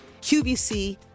QVC